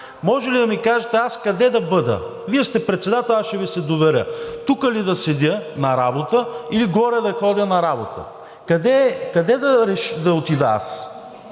Може ли да ми кажете: аз къде да бъда? Вие сте председател –ще Ви се доверя. Тук ли да седя на работа, или горе да ходя на работа? Къде да отида аз?